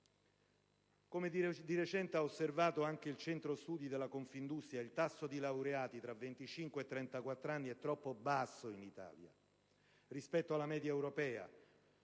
Come di recente ha osservato anche il centro studi della Confindustria, il tasso di laureati tra i 25 e i 34 anni è troppo basso in Italia rispetto alla media europea,